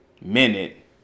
minute